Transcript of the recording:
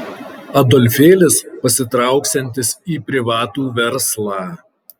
adolfėlis pasitrauksiantis į privatų verslą